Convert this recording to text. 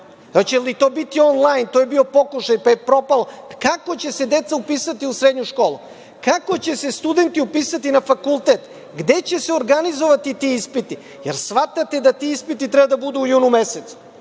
zna. Hoće li to biti onlajn? To je bio pokušaj, pa je propao. Kako će se upisati deca u srednju školu? Kako će se studenti upisati na fakultet? Gde će se organizovati ti ispiti? Da li shvatate da ti ispiti treba da budu u junu mesecu?